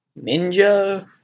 ninja